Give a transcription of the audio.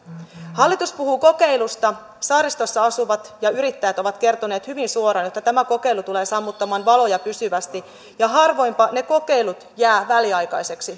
hallitus puhuu kokeilusta saaristossa asuvat ja yrittäjät ovat kertoneet hyvin suoraan että tämä kokeilu tulee sammuttamaan valoja pysyvästi ja harvoinpa ne kokeilut jäävät väliaikaisiksi